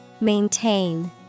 maintain